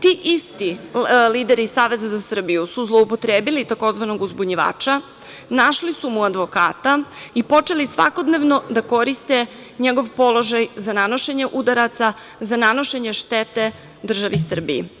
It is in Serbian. Ti isti lideri Saveza za Srbiju su zloupotrebili tzv. uzbunjivača, našli su mu advokata i počeli svakodnevno da korist njegov položaj za nanošenje udaraca, za nanošenje štete državi Srbiji.